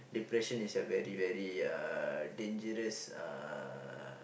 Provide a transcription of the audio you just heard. depression is a very very uh dangerous uh